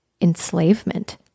enslavement